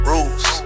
Rules